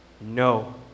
No